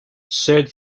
said